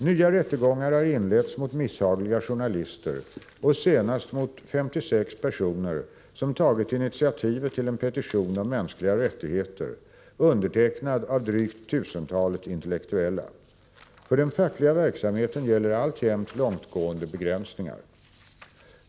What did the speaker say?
Nya rättegångar har inletts mot misshagliga journalister och senast mot 56 personer som tagit initiativet till en petition om mänskliga rättigheter, undertecknad av drygt tusentalet intellektuella. För den fackliga verksamheten gäller alltjämt långtgående begränsningar.